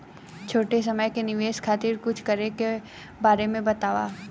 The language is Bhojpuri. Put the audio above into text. छोटी समय के निवेश खातिर कुछ करे के बारे मे बताव?